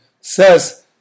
says